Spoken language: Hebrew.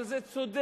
אבל זה צודק,